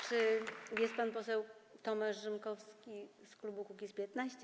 Czy jest pan poseł Tomasz Rzymkowski z klubu Kukiz’15?